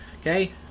okay